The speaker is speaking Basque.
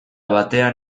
batean